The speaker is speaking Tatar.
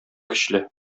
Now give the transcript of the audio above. көчле